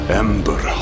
ember